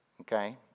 okay